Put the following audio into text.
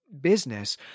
business